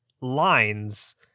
lines